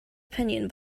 opinion